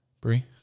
Brie